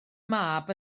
mab